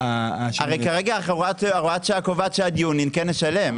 כרגע הוראת השעה קובעת שעד יוני כן נשלם,